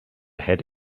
had